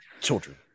children